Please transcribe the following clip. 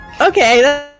okay